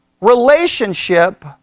relationship